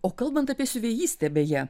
o kalbant apie siuvėjistę beje